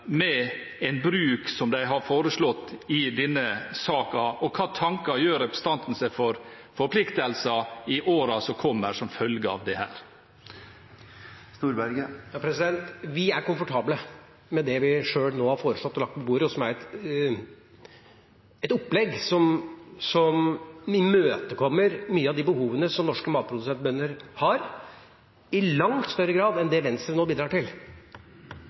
med en bruk som den de har foreslått i denne saken? Og hvilke tanker gjør representanten seg om forpliktelser i årene som kommer som følge av dette? Vi er komfortable med det vi nå har foreslått og lagt på bordet. Det er et opplegg som imøtekommer mange av de behovene norske matprodusenter har – i langt større grad enn det Venstre nå bidrar til.